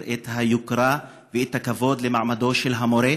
את היוקרה ואת הכבוד למעמדו של המורה,